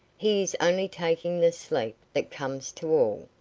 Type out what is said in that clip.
he is only taking the sleep that comes to all.